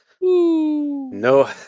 No